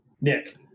Nick